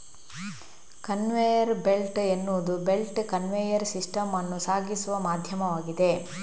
conveyor belt ಎನ್ನುವುದು belt conveyor system ಅನ್ನು ಸಾಗಿಸುವ ಮಾಧ್ಯಮವಾಗಿದೆ